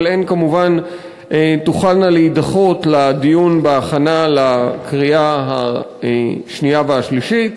אבל הן כמובן תוכלנה להידחות לדיון בהכנה לקריאה שנייה ושלישית,